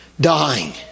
dying